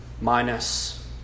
minus